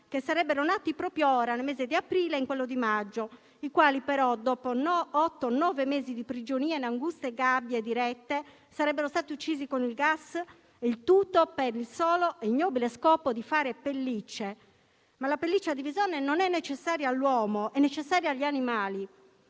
che sarebbero nati proprio ora, nel mese di aprile e in quello di maggio, i quali però, dopo otto o nove mesi di prigionia in anguste gabbie, sarebbero stati uccisi con il gas, il tutto per il solo e ignobile scopo di realizzare delle pellicce. La pelliccia di visone non è necessaria all'uomo, ma è necessaria agli animali.